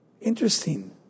Interesting